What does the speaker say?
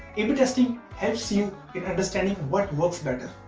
a b testing helps you in understanding what works better.